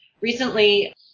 Recently